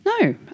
No